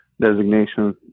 designation